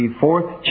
fourth